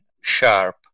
sharp